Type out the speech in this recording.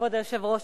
כבוד היושב-ראש,